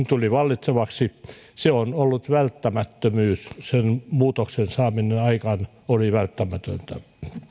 tuli vallitsevaksi on ollut välttämättömyys sen muutoksen saaminen aikaan oli välttämätöntä